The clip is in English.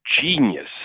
genius